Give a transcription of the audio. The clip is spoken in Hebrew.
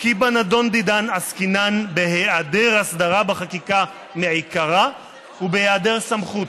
כי בנדון דנן עסקינן בהיעדר הסדרה בחקיקה מעיקרא ובהיעדר סמכות,